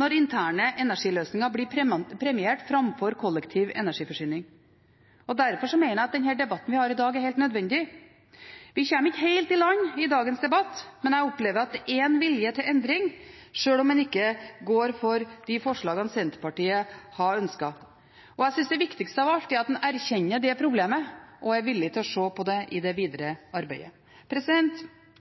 når interne energiløsninger blir premiert framfor kollektiv energiforsyning. Derfor mener jeg at den debatten vi har i dag, er helt nødvendig. Vi kommer ikke helt i land i dagens debatt, men jeg opplever at det er en vilje til endring, sjøl om en ikke går for de forslagene Senterpartiet har ønsket. Jeg synes det viktigste av alt er at en erkjenner problemet og er villig til å se på det i det videre arbeidet.